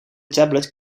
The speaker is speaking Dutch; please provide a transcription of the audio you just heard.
tablet